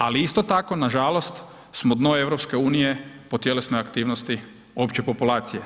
Ali, isto tako, nažalost smo dno EU po tjelesnoj aktivnosti opće populacije.